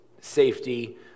safety